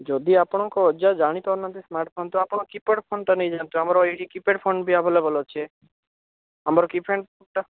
ଯଦି ଆପଣଙ୍କ ଅଜା ଜାଣି ପାରୁନାହାନ୍ତି ସ୍ମାର୍ଟ ଫୋନ ତ ଆପଣ କିପ୍ୟାଡ଼ ଫୋନଟା ନେଇଯାଆନ୍ତୁ ଆମର ଏଇଠି କିପ୍ୟାଡ଼ ଫୋନ ବି ଆଭେଲେବଲ୍ ଅଛି ଆମର କିପ୍ୟାଡ଼ ଫୋନଟା